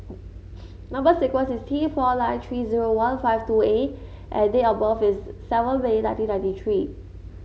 number sequence is T four nine three zero one five two A and date of birth is seven May nineteen ninety three